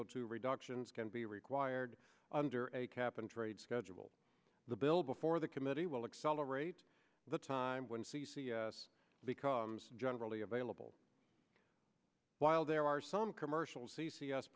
o two reductions can be required under a cap and trade schedule the bill before the committee will accelerate the time when c c s becomes generally available while there are some commercial c